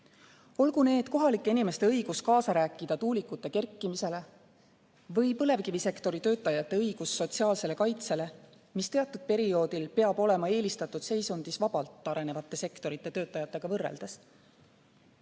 olgu need kohalike inimeste õigus kaasa rääkida tuulikute kerkimisele või põlevkivisektori töötajate õigus sotsiaalsele kaitsele, mis teatud perioodil peab olema eelistatud seisundis vabalt arenevate sektorite töötajatega võrreldes.